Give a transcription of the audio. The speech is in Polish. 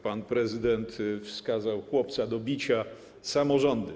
Pan prezydent wskazał chłopca do bicia - samorządy.